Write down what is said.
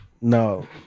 No